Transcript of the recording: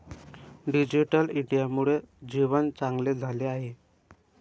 digital इंडियामुळे जीवन चांगले झाले आहे